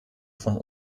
von